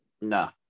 No